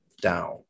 down